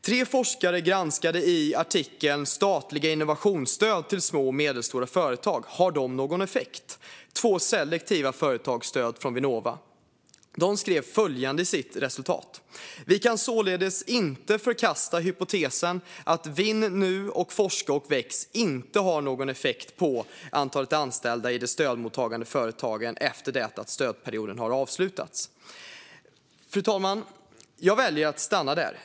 Tre forskare granskade i artikeln "Statliga innovationsstöd till små och medelstora företag - har de någon effekt?" två selektiva företagsstöd från Vinnova. De skrev följande i sitt resultat: "Vi kan således inte förkasta hypotesen att Vinn nu och Forska & Väx inte har någon effekt på antalet anställda i de stödmottagande företagen efter det att stödperioden har avslutats." Fru talman! Jag väljer att stanna där.